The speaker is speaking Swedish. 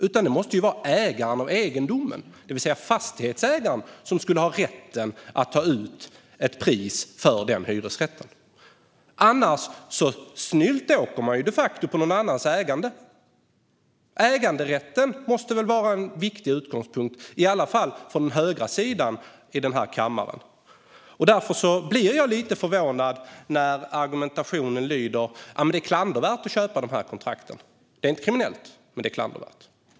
Det måste i stället vara ägaren av egendomen, det vill säga fastighetsägaren, som har rätt att ta ut ett pris för hyresrätten. Annars snyltar man de facto på någon annans ägande. Äganderätten måste väl vara en viktig utgångspunkt, i alla fall för den högra sidan av den här kammaren. Därför blir jag lite förvånad när argumentationen är att det är klandervärt att köpa dessa kontrakt - inte kriminellt, men klandervärt.